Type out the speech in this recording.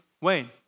Wayne